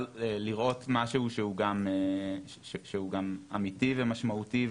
לראות משהו שהוא גם אמיתי ומשמעותי,